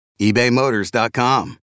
ebaymotors.com